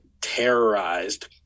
terrorized